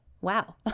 Wow